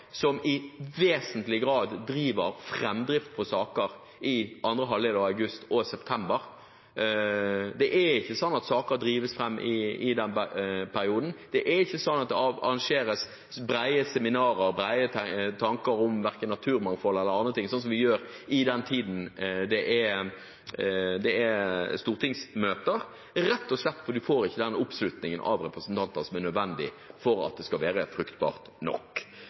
som i vesentlig grad har framdrift på saker i andre halvdel av august og i september. Det er ikke slik at saker drives fram i den perioden. Det er ikke slik at det arrangeres brede seminarer med brede tanker om naturmangfold eller andre ting, slik vi gjør i den perioden det er stortingsmøter, rett og slett fordi en ikke får den oppslutningen av representanter som er nødvendig for at det skal være fruktbart nok.